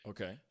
Okay